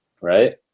right